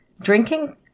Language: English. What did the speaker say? Drinking